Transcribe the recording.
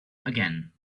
again